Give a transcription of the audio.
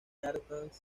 darmstadt